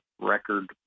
record